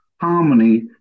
harmony